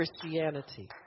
christianity